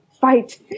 fight